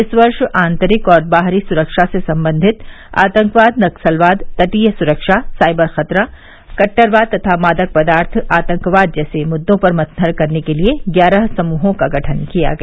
इस वर्ष आंतरिक और बाहरी सुरक्षा से संबंधित आतंकवाद नक्सलवाद तटीय सुरक्षा साइबर खतरा कट्टरवाद तथा मादक पदार्थ आतंकवाद जैसे मुद्दों पर मंथन करने के लिए ग्यारह समूहों का गठन किया गया